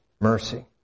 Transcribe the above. mercy